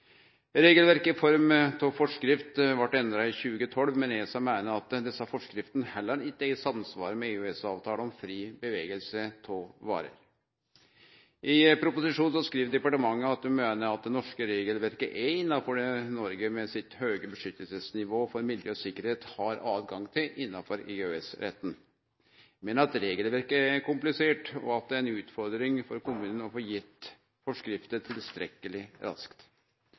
Regelverket i form av forskrift blei endra i 2012, men ESA meiner at desse forskriftene heller ikkje er i samsvar med EØS-avtala om fri bevegelse av varer. I proposisjonen skriv departementet at dei meiner det norske regelverket er innanfor det Noreg med sitt høge vernenivå for miljø og sikkerheit har høve til innanfor EØS-retten, men at regelverket er komplisert, og at det er ei utfordring for kommunen å få gitt forskrifter tilstrekkeleg raskt.